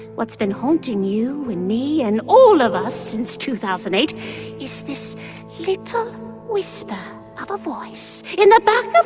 what's been haunting you and me and all of us since two thousand and eight is this little whisper of a voice in the back of